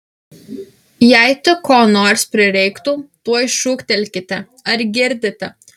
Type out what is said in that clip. jei tik ko nors prireiktų tuoj šūktelkite ar girdite